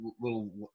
little